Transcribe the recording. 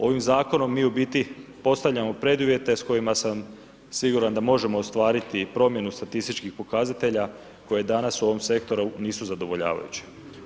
Ovim zakonom mi u biti postavljamo preduvjete s kojima sam siguran da možemo ostvariti i promjenu statističkih pokazatelja koje danas u ovom sektoru nisu zadovoljavajuće.